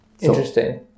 Interesting